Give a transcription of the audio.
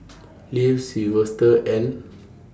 Leif Silvester and